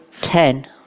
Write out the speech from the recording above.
ten